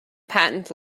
patent